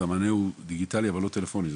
המענה הוא דיגיטלי אבל לא טלפוני.